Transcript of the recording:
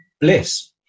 bliss